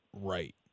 right